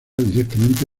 directamente